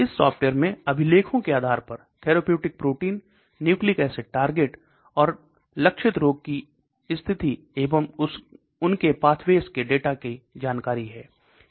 इस सॉफ्टवेयर में अभिलेखों के आधार पर therapeutic protein nucleic acid target और लक्षित रोग की स्थिति एवं उनके पाथवेस के डाटा के जानकारी है